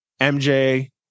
MJ